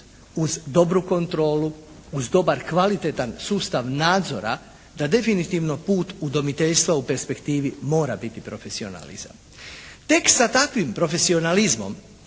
uz dobru kontrolu, uz dobar, kvalitetan sustav nadzora, da definitivno put udomiteljstva u perspektivi mora biti profesionalizam. Tek sa takvim profesionalizmom